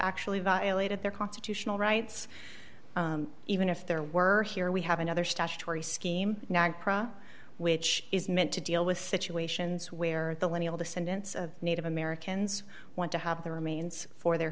actually violated their constitutional rights even if there weren't here we have another statutory scheme which is meant to deal with situations where the lineal descendants of native americans want to have the remains for their